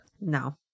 No